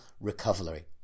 recovery